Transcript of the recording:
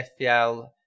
FPL